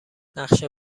نقشه